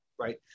right